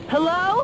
Hello